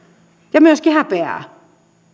ja myöskin häpeää